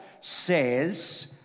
says